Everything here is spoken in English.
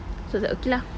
so was like okay lah